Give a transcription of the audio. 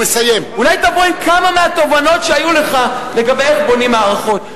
אולי תבוא עם כמה מהתובנות שהיו לך לגבי איך בונים מערכות.